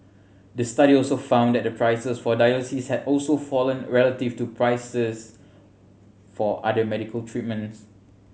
the study also found that the prices for dialysis had also fallen relative to prices for other medical treatments